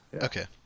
okay